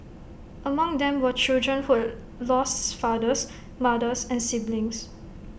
among them were children who lost fathers mothers and siblings